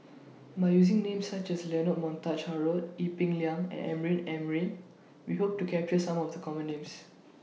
By using Names such as Leonard Montague Harrod Ee Peng Liang and Amrin Amin We Hope to capture Some of The Common Names